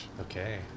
Okay